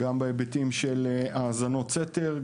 גם בהיבטים של האזנות סתר,